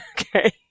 Okay